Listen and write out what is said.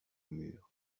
mur